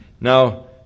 Now